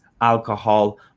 alcohol